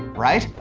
right?